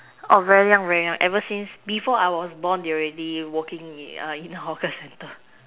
oh very young very young ever since before I was born they already working uh in a hawker centre